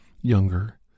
younger